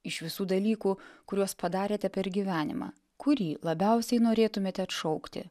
iš visų dalykų kuriuos padarėte per gyvenimą kurį labiausiai norėtumėte atšaukti